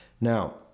Now